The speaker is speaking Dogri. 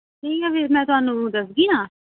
ठीक ऐ फ्ही में तोआनूं दस्सगी न